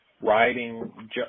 riding